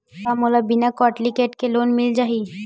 का मोला बिना कौंटलीकेट के लोन मिल जाही?